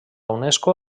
unesco